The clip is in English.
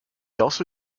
also